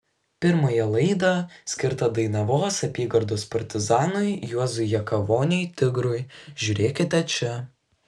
pirmąją laidą skirtą dainavos apygardos partizanui juozui jakavoniui tigrui žiūrėkite čia